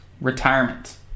retirement